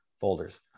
folders